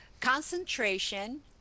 Concentration